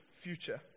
future